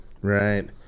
Right